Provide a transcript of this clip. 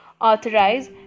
authorize